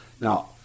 Now